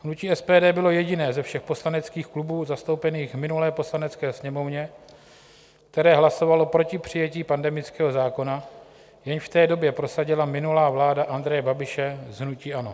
Hnutí SPD bylo jediné ze všech poslaneckých klubů zastoupených v minulé Poslanecké sněmovně, které hlasovalo proti přijetí pandemického zákona, jejž v té době prosadila minulá vláda Andreje Babiše z hnutí ANO.